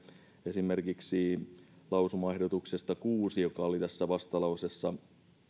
esimerkiksi lausumaehdotuksesta kuusi joka oli tässä vastalauseessa